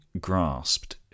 grasped